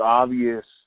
obvious